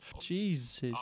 Jesus